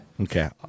Okay